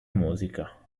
musica